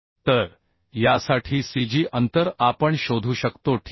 तर यासाठी cg अंतर आपण शोधू शकतो ठीक आहे